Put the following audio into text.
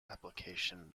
application